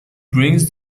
brings